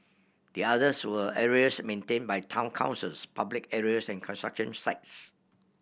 the others were areas maintained by town councils public areas and construction sites